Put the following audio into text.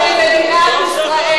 את הגבולות של מדינת ישראל,